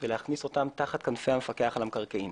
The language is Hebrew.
ולהכניסן תחת כנפי המפקח על המקרקעין.